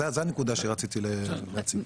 זאת הנקודה שרציתי להציג.